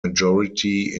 majority